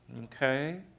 okay